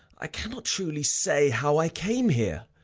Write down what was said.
i cannot truly say how i came here,